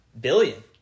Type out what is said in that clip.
Billion